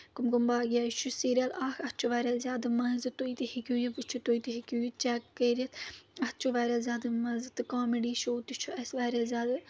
کُم کُم باغیا یہِ چھُ سیٖریَل اَکھ اَتھ چھُ واریاہ زیادٕ مَزٕ تُہۍ تہِ ہیٚکِو یہِ وٕچھِو تُہۍ تہِ ہیٚکِو یہِ چیٚک کٔرِتھ اَتھ چھُ واریاہ زیادٕ مَزٕ تہٕ کامیڈی شو تہِ چھُ اَسہِ واریاہ زیادٕ